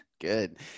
Good